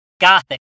gothic